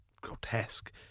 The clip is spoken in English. grotesque